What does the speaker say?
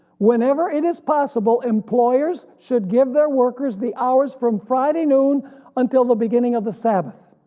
whenever it is possible, employers should give their workers the hours from friday noon until the beginning of the sabbath.